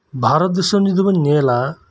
ᱵᱷᱟᱨᱚᱛ ᱫᱤᱥᱚᱢ ᱡᱩᱫᱤ ᱵᱚᱱ ᱧᱮᱞᱟ